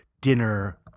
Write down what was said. dinner